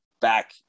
back